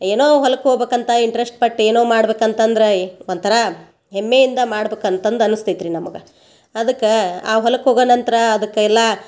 ಏನೋ ಹೊಲಕ್ಕೆ ಹೋಗ್ಬೇಕಂತ ಇಂಟ್ರಶ್ಟ್ ಪಟ್ಟು ಏನೋ ಮಾಡ್ಬೇಕಂತಂದ್ರೆ ಈ ಒಂಥರ ಹೆಮ್ಮೆಯಿಂದ ಮಾಡ್ಬೇಕಂತಂದು ಅನಸ್ತೈತ್ರಿ ನಮ್ಗೆ ಅದಕ್ಕೆ ಆ ಹೊಲಕ್ಕೆ ಹೋಗೋ ನಂತರ ಅದಕ್ಕೆ ಎಲ್ಲ